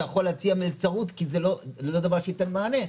יכול להציע מלצרות כי זה לא דבר שייתן מענה.